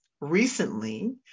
recently